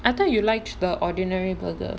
I thought you liked the ordinary burger